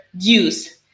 Use